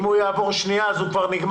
אם היא תעבור קריאה שנייה אז החוק יעבור,